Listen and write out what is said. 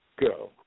go